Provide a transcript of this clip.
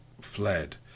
fled